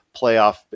playoff